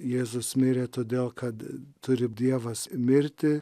jėzus mirė todėl kad turi dievas mirti